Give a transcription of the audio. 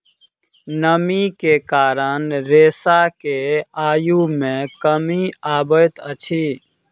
नमी के कारण रेशा के आयु मे कमी अबैत अछि